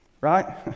right